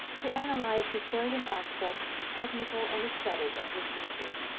to analyze the salient aspects, technical and aesthetic, of his music.